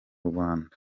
rwanda